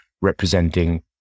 representing